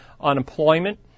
unemployment